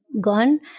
gone